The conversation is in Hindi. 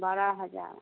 बारह हजार